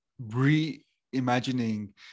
reimagining